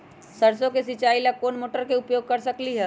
सरसों के सिचाई ला कोंन मोटर के उपयोग कर सकली ह?